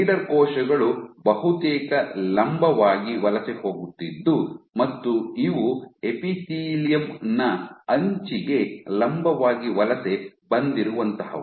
leader ಕೋಶಗಳು ಬಹುತೇಕ ಲಂಬವಾಗಿ ವಲಸೆ ಹೋಗುತ್ತಿದ್ದು ಮತ್ತು ಇವು ಎಪಿಥೀಲಿಯಂ ನ ಅಂಚಿಗೆ ಲಂಬವಾಗಿ ವಲಸೆ ಬಂದಿರುವಂಥಹವು